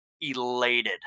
elated